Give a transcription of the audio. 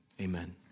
amen